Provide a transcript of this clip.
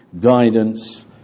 guidance